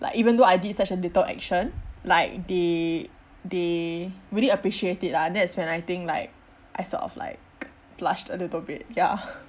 like even though I did such a little action like they they really appreciate it lah that's when I think like I sort of like blushed a little bit ya